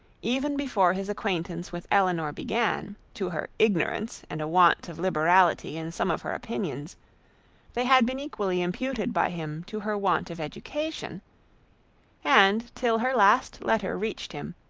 even before his acquaintance with elinor began, to her ignorance and a want of liberality in some of her opinions they had been equally imputed, by him, to her want of education and till her last letter reached him,